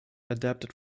adapted